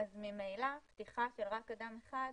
ממילא פתיחה רק עם אדם אחד,